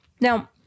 Now